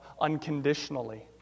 unconditionally